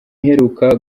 iheruka